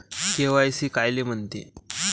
KYC कायले म्हनते?